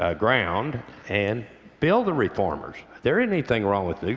ah ground and build the reformers. there isn't anything wrong with nuke.